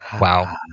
wow